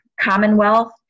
Commonwealth